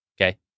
Okay